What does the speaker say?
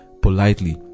politely